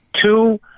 Two